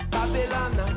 Babylon